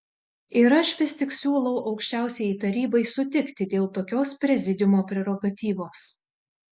ir aš vis tik siūlau aukščiausiajai tarybai sutikti dėl tokios prezidiumo prerogatyvos